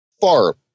far